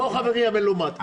לא "חברי המלומד".